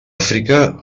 àfrica